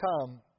come